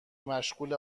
مشغول